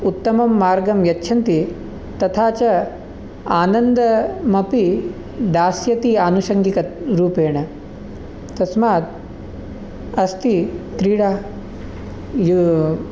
उत्तमं मार्गं यच्छन्ति तथा च आनन्दमपि दास्यति आनुशङ्गिकत्रूपेण तस्मात् अस्ति क्रीडा यु